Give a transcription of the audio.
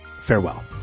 farewell